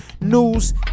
news